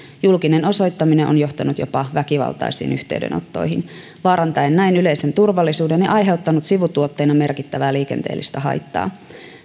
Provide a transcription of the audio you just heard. julkinen osoittaminen on johtanut jopa väkivaltaisiin yhteenottoihin vaarantaen näin yleisen turvallisuuden ja aiheuttanut sivutuotteena merkittävää liikenteellistä haittaa